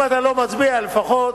אם אתה לא מצביע, לפחות,